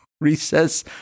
recess